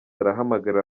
arahamagarira